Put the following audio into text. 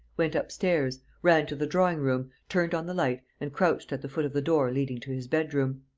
went upstairs, ran to the drawing-room, turned on the light and crouched at the foot of the door leading to his bedroom.